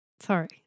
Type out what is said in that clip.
sorry